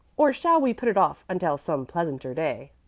or shall we put it off until some pleasanter day?